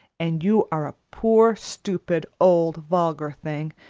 and you are a poor, stupid, old, vulgar thing,